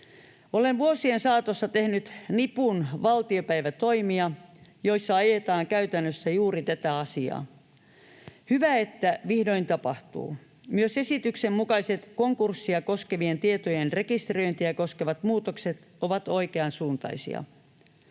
Olen vuosien saatossa tehnyt nipun valtiopäivätoimia, joissa ajetaan käytännössä juuri tätä asiaa. Hyvä, että vihdoin tapahtuu. Myös esityksen mukaiset konkurssia koskevien tietojen rekisteröintiä koskevat muutokset ovat oikeansuuntaisia.